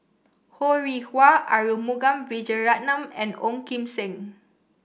Ho Rih Hwa Arumugam Vijiaratnam and Ong Kim Seng